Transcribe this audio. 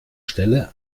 stelle